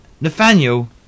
Nathaniel